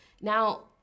Now